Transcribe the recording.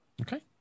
okay